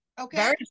Okay